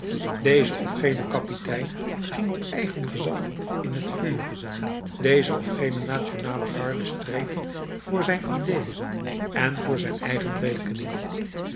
deze of gene kapitein ging op eigen gezag in t vuur deze of gene nationale garde streed voor zijn idée en voor eigen rekening